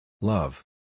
Love